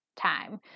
time